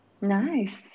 Nice